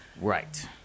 Right